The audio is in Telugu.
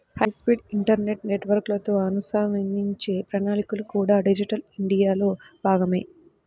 హైస్పీడ్ ఇంటర్నెట్ నెట్వర్క్లతో అనుసంధానించే ప్రణాళికలు కూడా డిజిటల్ ఇండియాలో భాగమే